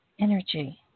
Energy